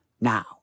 now